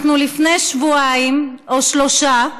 לפני שבועיים או שלושה,